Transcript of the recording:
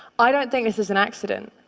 i don't think this is an accident.